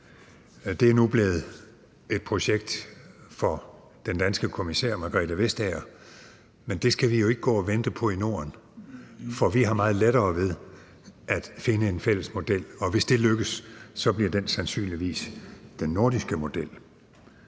Det er nu blevet et projekt for den danske kommissær, Margrethe Vestager, men det skal vi jo ikke gå og vente på i Norden, for vi har meget lettere ved at finde en fælles model, og hvis det lykkes, bliver det sandsynligvis den nordiske model.